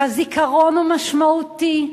והזיכרון הוא משמעותי,